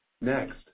Next